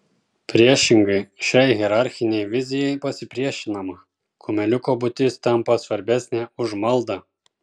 priešingai šiai hierarchinei vizijai pasipriešinama kumeliuko būtis tampa svarbesnė už maldą